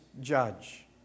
judge